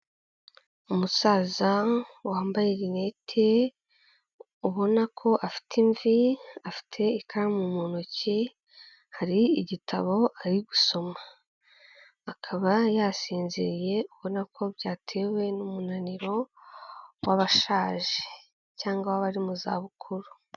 Umusaza wambaye rinete ubona ko afite imvi, afite ikaramu mu ntoki hari igitabo ari gusoma, akaba yasinziriye ubona ko byatewe n'umunaniro w'abashaje cyangwa abari mu za bukuru.